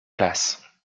places